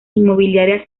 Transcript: inmobiliaria